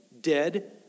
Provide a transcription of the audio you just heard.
dead